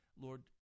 Lord